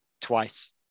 twice